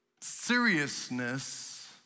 seriousness